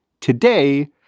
today